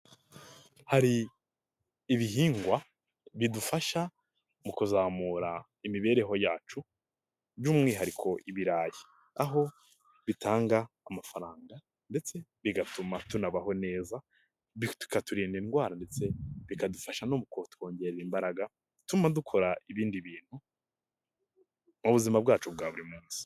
Hari ibihingwa, bidufasha mu kuzamura imibereho yacu by'umwihariko ibirayi, aho bitanga amafaranga ndetse bigatuma tunabaho neza, tukaturinda indwara ndetse bikadufasha no kutwongerera imbaraga, zituma dukora ibindi bintu, mu buzima bwacu bwa buri munsi.